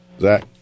Zach